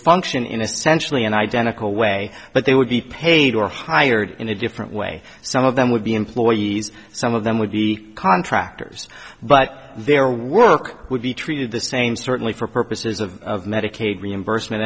function in a centrally an identical way but they would be paid or hired in a different way some of them would be employees some of them would be contractors but their work would be treated the same certainly for purposes of medicaid reimbursement